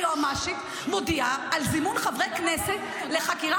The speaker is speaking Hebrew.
היועמ"שית מודיעה על זימון חברי כנסת לחקירה